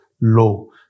low